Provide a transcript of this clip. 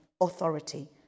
authority